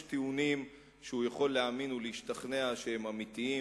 יש טיעונים שהוא יכול להאמין ולהשתכנע שהם אמיתיים